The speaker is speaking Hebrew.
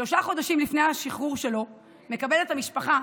שלושה חודשים לפני השחרור שלו מקבלת המשפחה,